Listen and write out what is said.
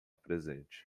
presente